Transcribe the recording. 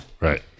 Right